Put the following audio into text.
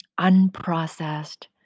unprocessed